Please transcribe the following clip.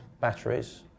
batteries